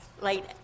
late